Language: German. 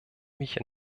mich